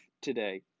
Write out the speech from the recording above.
today